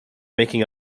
making